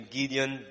Gideon